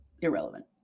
irrelevant